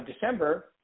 December